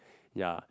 ya